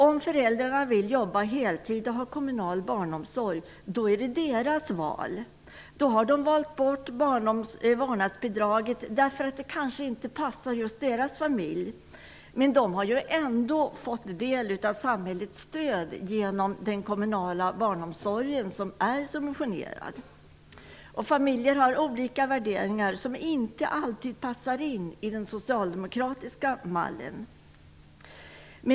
Om föräldrarna vill jobba heltid och ha kommunal barnomsorg är det deras val. De har då valt bort vårdnadsbidraget därför att det kanske inte passar just deras familj. Men de har ändå fått del av samhällets stöd den kommunala barnomsorgen, som är subventionerad. Familjer har olika värderingar som inte alltid passar in i den socialdemokratiska mallen.